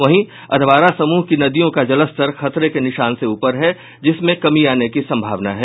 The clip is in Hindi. वहीं अधवारा समूह की नदियों का जलस्तर खतरे के निशान से ऊपर है जिसमें कमी आने की संभावना है